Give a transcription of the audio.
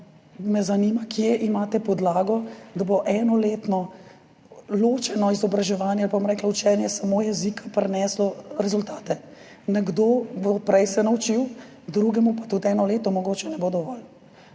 me zanima, kje imate podlago, da bo enoletno ločeno izobraževanje ali, bom rekla, učenje samo jezika prineslo rezultate. Nekdo se bo prej naučil, drugemu pa tudi eno leto mogoče ne bo dovolj.